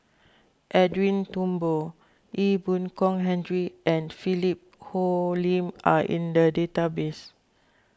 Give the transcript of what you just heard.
Edwin Thumboo Ee Boon Kong Henry and Philip Hoalim are in the database